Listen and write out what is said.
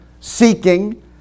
seeking